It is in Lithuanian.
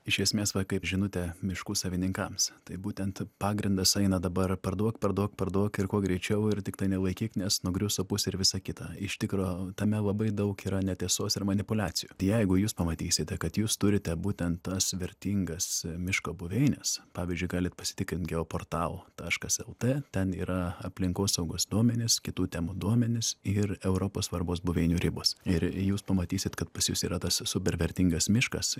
iš esmės va kaip žinutė miškų savininkams tai būtent pagrindas eina dabar parduok parduok parduok ir kuo greičiau ir tiktai nelaikyk nes nugrius supus ir visa kita iš tikro tame labai daug yra netiesos ir manipuliacijų jeigu jūs pamatysite kad jūs turite būtent tas vertingas miško buveines pavyzdžiui galit pasitikrint geoportal taškas lt ten yra aplinkosaugos duomenys kitų temų duomenys ir europos svarbos buveinių ribos ir jūs pamatysit kad pas jus yra tas super vertingas miškas